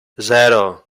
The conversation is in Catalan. zero